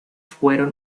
fueron